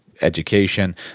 education